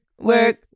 Work